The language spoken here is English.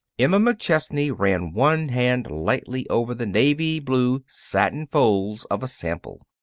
emma mcchesney ran one hand lightly over the navy blue satin folds of a sample.